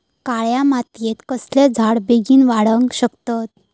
काळ्या मातयेत कसले झाडा बेगीन वाडाक शकतत?